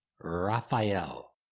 Raphael